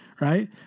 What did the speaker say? Right